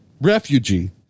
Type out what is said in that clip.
refugee